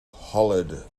hollered